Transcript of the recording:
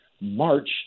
March